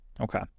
Okay